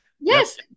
Yes